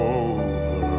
over